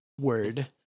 Word